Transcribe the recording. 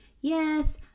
yes